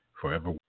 forever